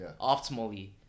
optimally